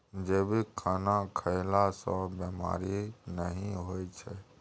जैविक खाना खएला सँ बेमारी नहि होइ छै